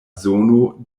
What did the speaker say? zono